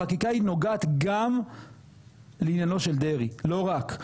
החקיקה היא נוגעת גם לעניינו של דרעי לא רק,